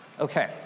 okay